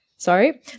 Sorry